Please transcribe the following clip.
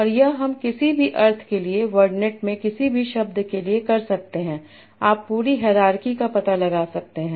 और यह हम किसी भी अर्थ के लिए वर्डनेट में किसी भी शब्द के लिए कर सकते हैं आप पूरी हायरार्की का पता लगा सकते हैं